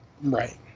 Right